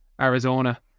Arizona